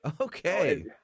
Okay